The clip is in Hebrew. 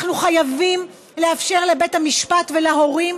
אנחנו חייבים לאפשר לבית המשפט ולהורים